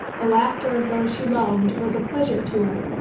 the laughter of those she loved was a pleasure to her.